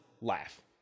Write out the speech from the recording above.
laugh